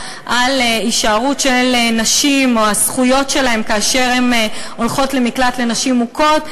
הישארות נשים או הזכויות שלהן כאשר הן הולכות למקלט לנשים מוכות.